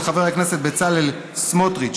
של חבר הכנסת בצלאל סמוטריץ,